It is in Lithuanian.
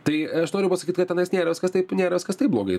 tai aš noriu pasakyt kad tenais nėra viskas taip nėra viskas taip blogai